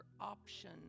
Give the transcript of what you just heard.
option